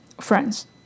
Friends